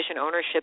ownership